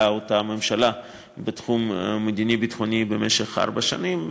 אותה ממשלה בתחום המדיני-ביטחוני במשך ארבע שנים.